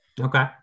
Okay